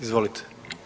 Izvolite.